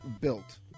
built